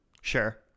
sure